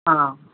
ஆ